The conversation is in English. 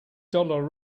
dollar